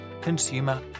consumer